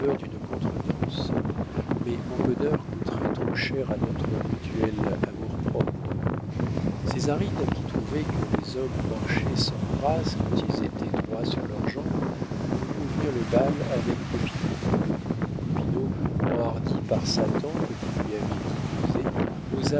d'une contredanse mais mon bonheur coûterait trop cher à notre mutuel amour-propre césarine qui trouvait que les hommes marchaient sans grâce quand ils étaient droits sur leurs jambes voulut ouvrir le bal avec popinot popinot enhardi par sa tante qui lui avait dit